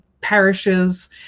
parishes